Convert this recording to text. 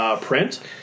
print